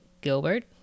gilbert